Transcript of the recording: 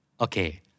Okay